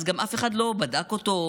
גם אף אחד לא בדק אותו,